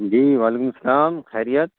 جی وعلیکم السلام خیریت